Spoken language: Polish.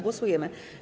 Głosujemy.